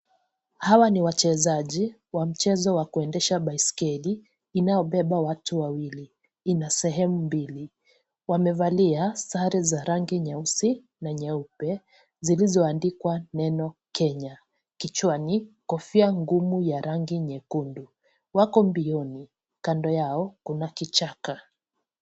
Hawa ni wachezaji wa mchezo wa kuendesha baiskeli inayobeba watu wawili. Ina sehemu mbili. Wamevalia sare za rangi nyeusi na nyeupe zilizoandikwa neno Kenya. Kichwani, kofia ngumu ya rangi nyekundu. Wako mbioni, kando yao kuna kichaka.